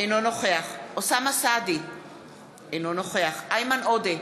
אינו נוכח אוסאמה סעדי, אינו נוכח איימן עודה,